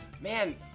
man